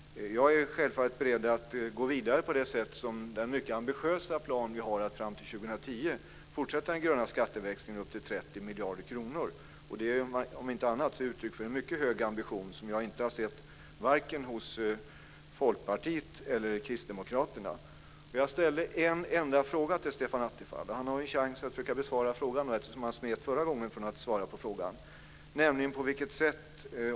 Jag är självfallet beredd att gå vidare på det sätt som den mycket ambitiösa plan som vi har att fram till 2010 fortsätta den gröna skatteväxlingen upp till 30 miljarder kronor innebär. Om inte annat är detta uttryck för en mycket hög ambition, som jag inte har sett vare sig hos Folkpartiet eller Kristdemokraterna. Jag ställde en enda fråga till Stefan Attefall, och han har en chans att försöka besvara den nu eftersom han smet från det förra gången.